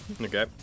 Okay